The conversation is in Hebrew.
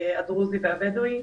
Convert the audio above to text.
הדרוזי והבדואי.